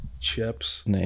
chips